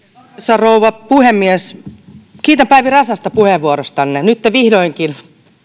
rouva puhemies kiitän päivi räsänen puheenvuorostanne nytten vihdoinkin